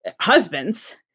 husbands